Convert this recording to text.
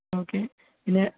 okay പിന്നെ